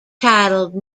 titled